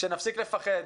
שנפסיק לפחד,